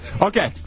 Okay